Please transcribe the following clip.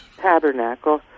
Tabernacle